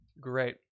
Great